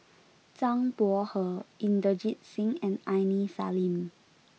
Zhang Bohe Inderjit Singh and Aini Salim